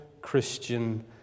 Christian